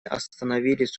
остановились